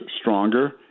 stronger